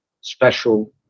special